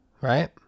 right